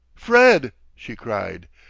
fred! she cried,